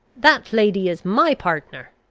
that lady is my partner.